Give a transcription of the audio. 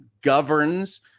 governs